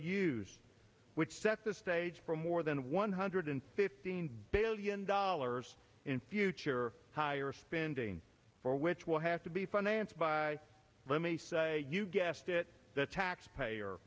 ious which sets the stage for more than one hundred fifteen billion dollars in future higher spending for which will have to be financed by let me say you guessed it the taxpayer